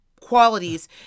qualities